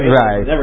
right